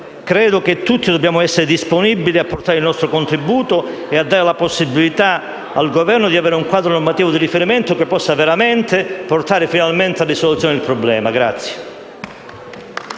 sul quale tutti dobbiamo essere disponibili a portare il nostro contributo e a dare la possibilità al Governo di avere un quadro normativo di riferimento che possa dare finalmente soluzione al problema.